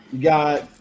got –